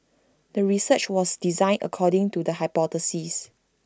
the research was designed according to the hypothesis